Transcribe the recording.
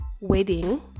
wedding